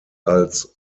als